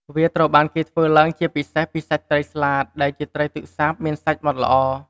វាត្រូវបានគេធ្វើឡើងជាពិសេសពីសាច់ត្រីស្លាត ដែលជាត្រីទឹកសាបមានសាច់ម៉ដ្ឋល្អ។